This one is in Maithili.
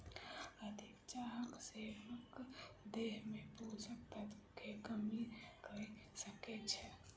अधिक चाहक सेवन देह में पोषक तत्व के कमी कय सकै छै